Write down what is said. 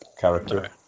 character